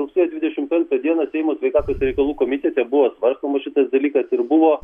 rugsėjo dvidešim penktą dieną seimo sveikatos reikalų komitete buvo svarstomas šitas dalykas ir buvo